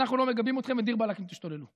אנחנו לא מגבים אתכם ודיר באלכ אם תשתוללו.